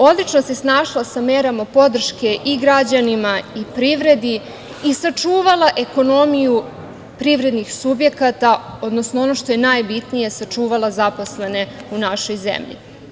Odlično se snašla sa merama podrške i građanima i privredi i sačuvala ekonomiju privrednih subjekata, odnosno on što je najbitnije, sačuvala zaposlene u našoj zemlji.